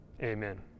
Amen